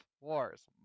Wars